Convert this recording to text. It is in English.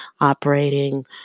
operating